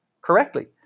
correctly